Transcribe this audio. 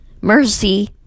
mercy